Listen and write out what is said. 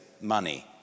money